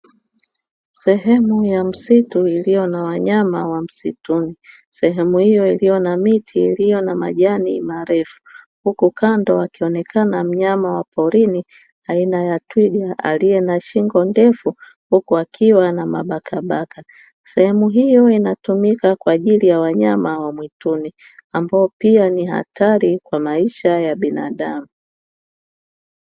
Sehemu ya msitu iliyo na wanyama wa msituni, Sehemu hiyo iliyo na miti na majani marefu huku kando akionekana mnyama wa porini aina ya twiga aliye na shingo ndefu huku akiwa na mabakabaka. Sehemu hiyo inatumika kwa ajili ya wanyama wa mwituni ambao pia ni hatari kwa maisha ya binadamu.